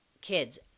kids